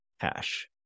Ash